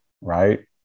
right